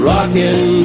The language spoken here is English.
Rocking